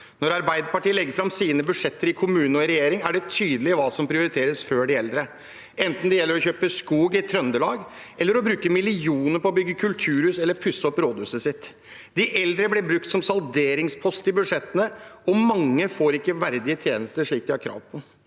Når Arbeiderpartiet legger fram sine budsjetter i kommunene og i regjering, er det tydelig hva som prioriteres framfor de eldre – enten det gjelder å kjøpe skog i Trøndelag eller å bruke millioner på å bygge kulturhus eller pusse opp rådhuset. De eldre blir brukt som salderingspost i budsjettene, og mange får ikke verdige tjenester, slik de har krav på.